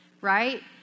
right